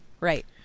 right